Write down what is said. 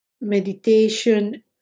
meditation